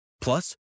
Plus